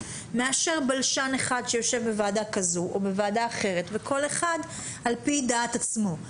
מאשר בלשן אחד שיושב בוועדה כזו או בוועדה אחרת וכל אחד על פי דעת עצמו.